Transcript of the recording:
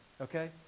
okay